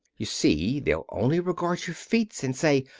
you see, they'll only regard your feats and say,